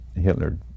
Hitler